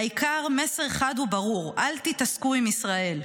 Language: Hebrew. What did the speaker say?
והעיקר, מסר חד וברור: אל תתעסקו עם ישראל.